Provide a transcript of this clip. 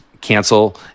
Cancel